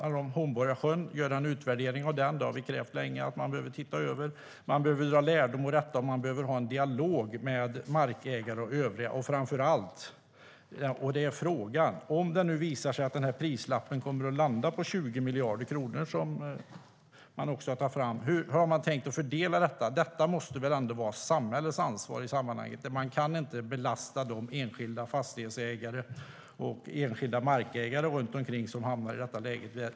Det handlar om att göra en utvärdering av Hornborgasjön. Vi har länge krävt att man ska se över detta. Man behöver dra lärdom av detta och ha en dialog med markägare och övriga. Och framför allt: Om det nu visar sig att prislappen kommer att landa på 20 miljarder kronor, hur har man tänkt att fördela kostnaden? Detta måste väl ändå vara samhällets ansvar. Man kan inte belasta de enskilda fastighetsägare och markägare som hamnar i detta läge.